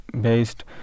based